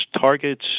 targets